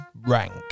rank